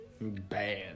Bad